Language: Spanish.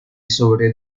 sobre